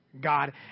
God